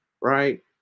right